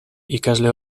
ikasle